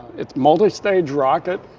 it's multi-stage rocket.